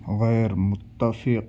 غیرمتفق